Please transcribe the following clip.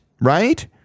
right